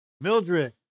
Mildred